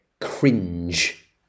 Cringe